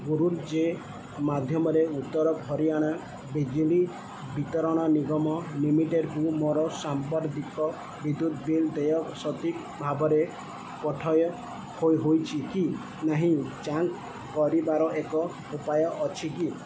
Google Pay ମାଧ୍ୟମରେ ଉତ୍ତର ହରିୟାଣା ବିଜଲି ବିତରଣ ନିଗମ ଲିମିଟେଡ଼୍କୁ ମୋର ସାମ୍ପ୍ରତିକ ବିଦ୍ୟୁତ ବିଲ୍ ଦେୟ ସଠିକ୍ ଭାବରେ ପଠୟ ହୋଇଛି କି ନାହିଁ ଯାଞ୍ଚ କରିବାର ଏକ ଉପାୟ ଅଛି କି